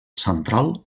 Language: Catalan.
central